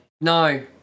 No